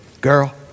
Girl